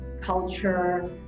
culture